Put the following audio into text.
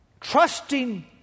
Trusting